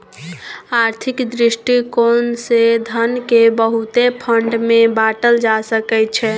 आर्थिक दृष्टिकोण से धन केँ बहुते फंड मे बाटल जा सकइ छै